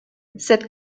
cette